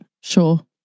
Sure